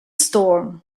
storm